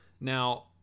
Now